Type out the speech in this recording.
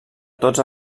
tots